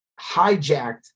hijacked